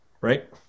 right